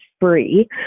free